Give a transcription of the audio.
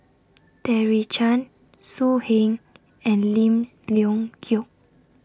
Terry Tan So Heng and Lim Leong Geok